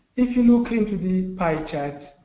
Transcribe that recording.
if you look into the pie chart,